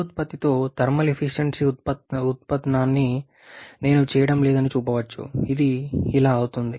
పునరుత్పత్తితో thermal efficiency ఉత్పన్నాన్ని నేను చేయడం లేదని చూపవచ్చు అది ఇలా అవుతుంది